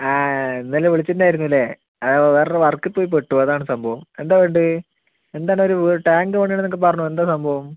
ആ ഇന്നലെ വിളിച്ചുണ്ടായിരുന്നു അല്ലേ ആ വേറൊരു വർക്കിൽ പോയിപ്പെട്ടു അതാണ് സംഭവം എന്താ വേണ്ടേ എന്താണൊരു ടാങ്ക് പണിയണം എന്നൊക്കെ പറഞ്ഞു എന്താ സംഭവം